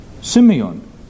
Simeon